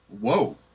whoa